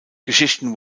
geschichten